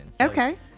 Okay